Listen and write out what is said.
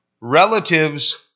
relatives